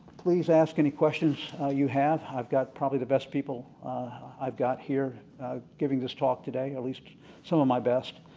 please ask any questions you have. i've got probably the best people i've got here giving this talk today, at least some of my best.